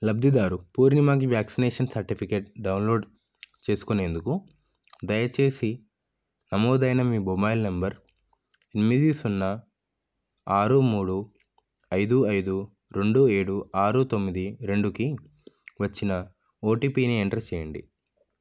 లబ్ధిదారు పూర్ణిమకి vaccination certificate download చేసుకునేందుకు దయచేసి నమోదైన మీ మొబైల్ నంబర్ ఎనిమిది సున్నా ఆరు మూడు ఐదు ఐదు రెండు ఏడు ఆరు తొమ్మిది రెండుకి వచ్చిన ఓటీపీని ఎంటర్ చేయండి